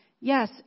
yes